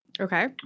Okay